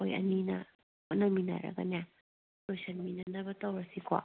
ꯑꯩꯈꯣꯏ ꯑꯅꯤꯅ ꯍꯣꯠꯅꯃꯤꯟꯅꯔꯒꯅꯦ ꯂꯣꯏꯁꯟ ꯃꯤꯟꯅꯅꯕ ꯇꯧꯔꯁꯤꯀꯣ